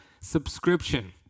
subscription